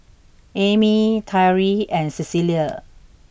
Amie Tyree and Cecilia